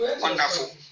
Wonderful